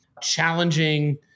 challenging